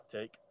take